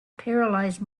paralysed